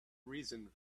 reason